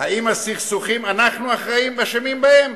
האם הסכסוכים, אנחנו אשמים בהם?